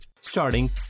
Starting